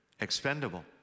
expendable